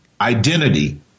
identity